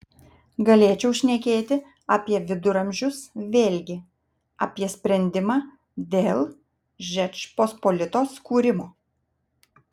galėčiau šnekėti apie viduramžius vėlgi apie sprendimą dėl žečpospolitos kūrimo